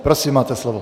Prosím, máte slovo.